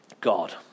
God